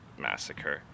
massacre